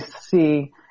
see